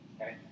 okay